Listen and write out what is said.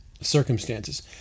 circumstances